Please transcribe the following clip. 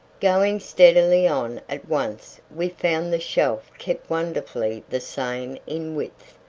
going steadily on at once we found the shelf kept wonderfully the same in width,